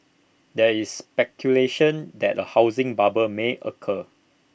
there is speculation that A housing bubble may occur